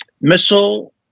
missile